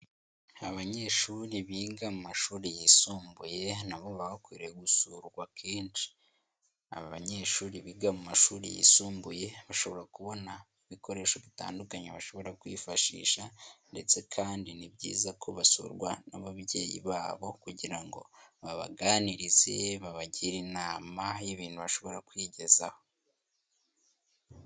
Abanyeshuri biga mu mashuri yisumbuye nabo bakwiriye gusurwa kenshi. Abanyeshuri biga mu mashuri yisumbuye bashobora kubona ibikoresho bitandukanye bashobora byo kwifashisha, ndetse kandi ni byiza ko basurwa n'ababyeyi babo, kugira ngo babaganirize, babagire inama y'ibintu bashobora kwigezaho.